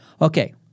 Okay